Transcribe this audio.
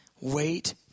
wait